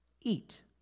Eat